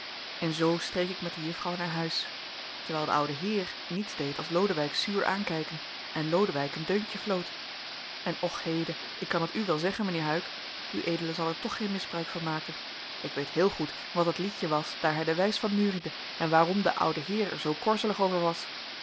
en zoo streek ik met de juffrouw naar huis terwijl de oude heer niets deed als lodewijk zuur aankijken en lodewijk een deuntje floot en och heden ik kan het u wel zeggen mijnheer huyck ued zal er toch geen misbruik van maken ik weet heel goed wat het liedje was daar hij de wijs van neuriede en waarom de oude heer er zoo korzelig over was